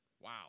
Wow